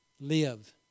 Live